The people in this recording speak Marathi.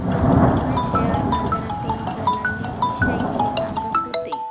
मोहन शेअर बाजारातील दलालीविषयी सांगत होते